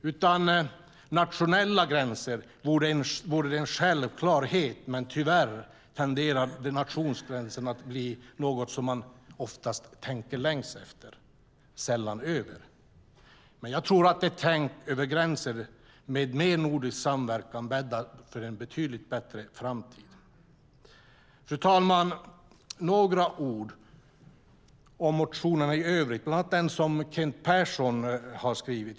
Utan nationella gränser vore det en självklarhet. Men tyvärr tenderar nationsgränserna att bli något som man oftast tänker längs efter och sällan över. Ett tänk över gränser med mer nordisk samverkan bäddar för en betydligt bättre framtid. Fru talman! Jag vill säga några ord om motionerna i övrigt och bland annat den som Kent Persson har skrivit.